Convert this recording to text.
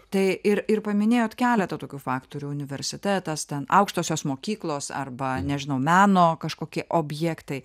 tai ir ir paminėjot keletą tokių faktorių universitetas ten aukštosios mokyklos arba nežinau meno kažkokie objektai